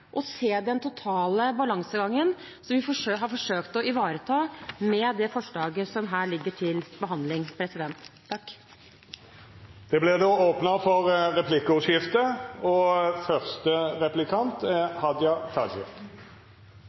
se den totale balansegangen som vi har forsøkt å ivareta med det forslaget som her ligger til behandling. Det vert replikkordskifte. Det som statsråden framstiller som ein balansegang, er